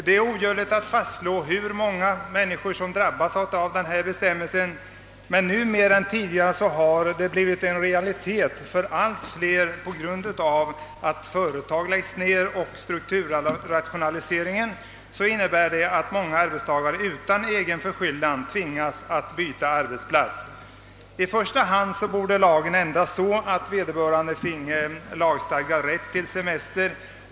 Det är omöjligt att fastslå hur många människor som hittills har berörts av denna bestämmelse, På grund av före tagsnedläggelser och strukturrationaliseringar tvingas numera allt fler arbetstagare att byta arbetsplats, och ett större antal än tidigare berörs därför nu av denna bestämmelse. I första hand borde lagen ändras så, att vederbörande finge lagstadgad rätt till semester.